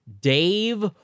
Dave